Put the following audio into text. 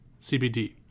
CBD